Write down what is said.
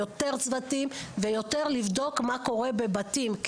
יותר צוותים ויותר לבדוק מה קורה בבתים,